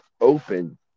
open